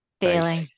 feeling